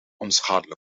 onschadelijk